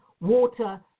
water